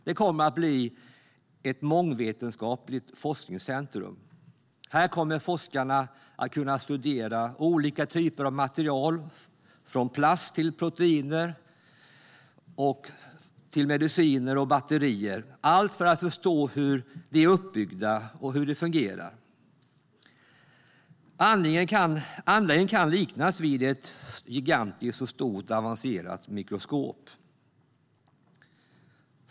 Det kommer att bli ett mångvetenskapligt forskningscentrum. Här kommer forskarna att kunna studera olika typer av material, från plast och proteiner till mediciner och batterier - allt för att förstå hur de är uppbyggda och hur de fungerar. Anläggningen kan liknas vid ett gigantiskt och avancerat mikroskop.